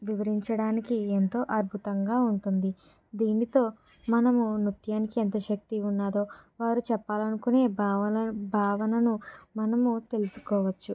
వివరించడానికి ఎంతో అద్భుతంగా ఉంటుంది దీనితో మనము నృత్యానికి ఎంత శక్తి ఉన్నదో వారు చెప్పాలి అనుకునే బావన భావనను మనము తెలుసుకోవచ్చు